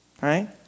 right